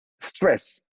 stress